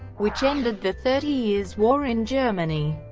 which ended the thirty years' war in germany.